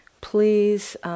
please